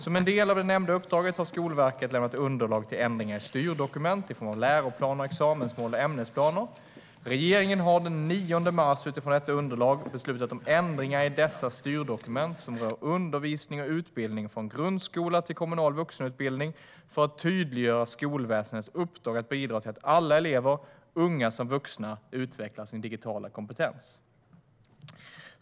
Som en del av det nämnda uppdraget har Skolverket lämnat underlag till ändringar i styrdokument i form av läroplaner, examensmål och ämnesplaner. Regeringen har den 9 mars utifrån detta underlag beslutat om ändringar i dessa styrdokument som rör undervisning och utbildning från grundskolan till kommunal vuxenutbildning för att tydliggöra skolväsendets uppdrag att bidra till att alla elever, unga som vuxna, utvecklar sin digitala kompetens.